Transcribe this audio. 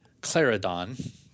Claridon